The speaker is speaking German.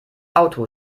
auto